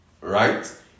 Right